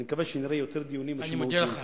אני מקווה שנראה יותר דיונים משמעותיים.